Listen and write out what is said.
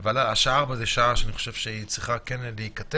אבל השעה 16:00 זו שעה שאני חושב שהיא צריכה כן להיכתב.